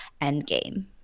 Endgame